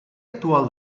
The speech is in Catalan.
actual